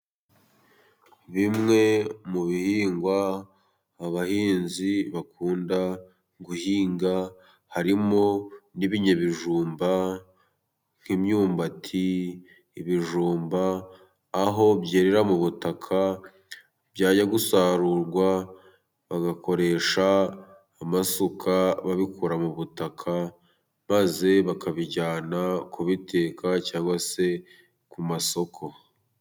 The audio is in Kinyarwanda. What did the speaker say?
Bimwe mu bihingwa abahinzi bakunda guhinga harimo n'ibinyabijumba, nk'imyumbati, ibijumba aho byerera mu butaka ,byajya gusarurwa bagakoresha amasuka ,babikora mu butaka, maze bakabijyana kubiteka cyangwa se ku masoko.